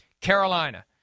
Carolina